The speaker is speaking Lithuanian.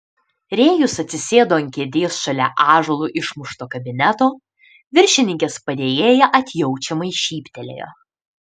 rėjus atsisėdo ant kėdės šalia ąžuolu išmušto kabineto viršininkės padėjėja atjaučiamai šyptelėjo